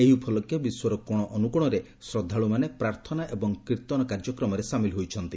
ଏହି ଉପଲକ୍ଷେ ବିଶ୍ୱର କୋଣଅନୁକୋଣରେ ଶ୍ରଦ୍ଧାଳୁମାନେ ପ୍ରାର୍ଥନା ଓ କୀର୍ତ୍ତନ କାର୍ଯ୍ୟକ୍ରମରେ ସାମିଲ ହୋଇଛନ୍ତି